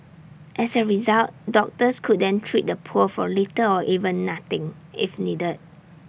as A result doctors could then treat the poor for little or even nothing if needed